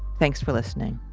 thanks for listening